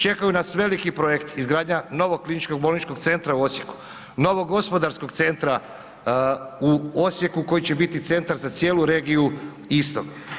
Čekaju nas veliki projekti, izgradnja novog kliničkog bolničkog centra u Osijeka, novog gospodarskog centra u Osijeku koji će biti centar za cijelu regiju istok.